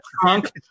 trunk